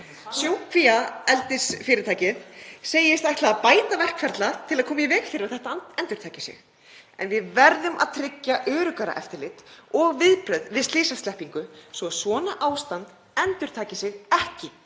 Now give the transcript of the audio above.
Sjókvíaeldisfyrirtækið segist ætla að bæta verkferla til að koma í veg fyrir að þetta endurtaki sig en við verðum að tryggja öruggara eftirlit og viðbrögð við slysasleppingu svo að svona ástand endurtaki sig ekki.